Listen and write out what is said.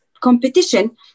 competition